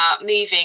moving